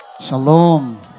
shalom